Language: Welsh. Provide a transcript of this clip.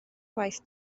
gwaith